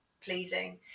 pleasing